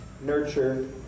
nurture